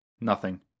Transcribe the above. Nothing